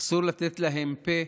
אסור לתת להם פה.